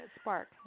spark